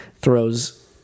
throws